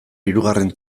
hirugarren